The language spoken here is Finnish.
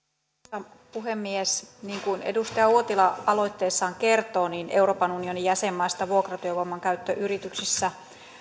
arvoisa puhemies niin kuin edustaja uotila aloitteessaan kertoo niin euroopan unionin jäsenmaista vuokratyövoiman käyttö yrityksissä